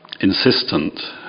insistent